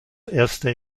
erster